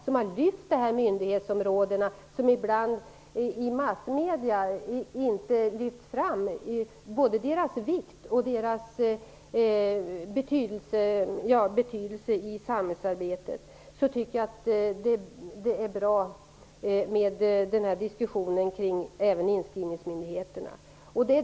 Vi har i den berört myndighetsområden som ibland inte lyfts fram i massmedierna på ett sätt som motsvarar deras betydelse i samhällsarbetet. Det har varit en bra diskussion bl.a. om inskrivningsmyndigheterna.